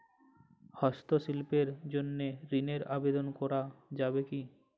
হস্তশিল্পের জন্য ঋনের আবেদন করা যাবে কি?